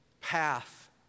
path